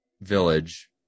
village